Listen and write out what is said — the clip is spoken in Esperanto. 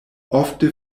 ofte